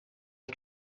ich